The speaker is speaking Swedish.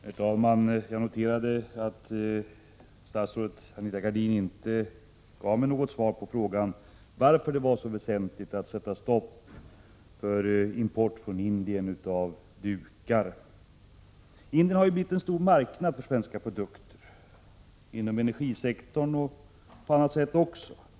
Herr talman! Jag noterade att statsrådet Anita Gradin inte gav mig något svar på frågan varför det var så väsentligt att sätta stopp för import från Indien av dukar. Indien har ju blivit en stor marknad för svenska produkter, både när det gäller energisektorn och på andra områden.